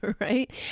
right